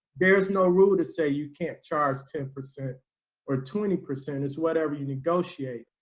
there's no rule to say you can't charge ten percent or twenty percent is whatever you negotiate,